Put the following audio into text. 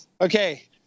Okay